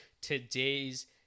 today's